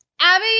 Abby